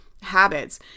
habits